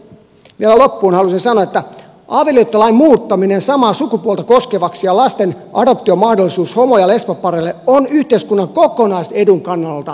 vielä loppuun haluaisin sanoa että avioliittolain muuttaminen samaa sukupuolta koskevaksi ja lasten adoptiomahdollisuus homo ja lesbopareille on yhteiskunnan kokonaisedun kannalta kyseenalaista